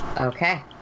Okay